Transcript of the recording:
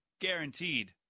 Guaranteed